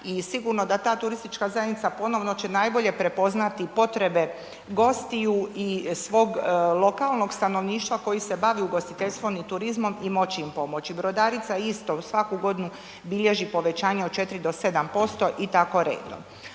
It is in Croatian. i sigurno da ta turistička zajednica ponovno će najbolje prepoznati potrebe gostiju i svog lokalnog stanovništva koji se bavi ugostiteljstvom i turizmom i moći im pomoći. Brodarica isto svaku godinu bilježi povećanje od 4 do 7% i tako redom.